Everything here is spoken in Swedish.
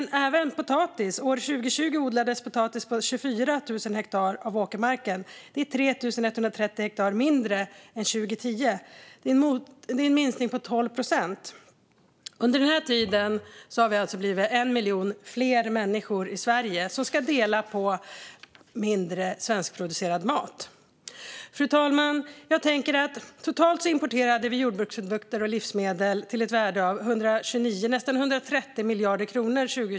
År 2020 odlades potatis på 24 000 hektar av åkermarken. Det är 3 130 hektar mindre än år 2010, en minskning med 12 procent. Under denna tid har vi alltså blivit 1 miljon fler människor i Sverige som ska dela på mindre svenskproducerad mat. Fru talman! År 2020 importerade vi jordbruksprodukter och livsmedel till ett värde av nästan 130 miljarder kronor.